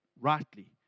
rightly